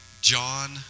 John